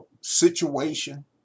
situation